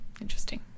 Interesting